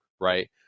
right